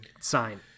sign